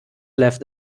left